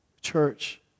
Church